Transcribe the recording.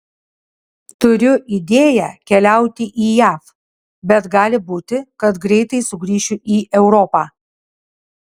turiu idėją keliauti į jav bet gali būti kad greitai sugrįšiu į europą